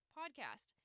podcast